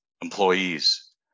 employees